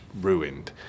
ruined